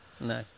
No